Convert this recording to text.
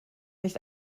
nicht